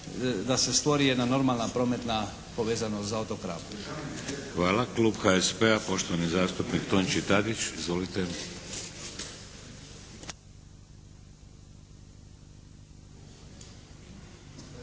da se stvori jedna normalna prometna povezanost za otok Rab.